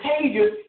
contagious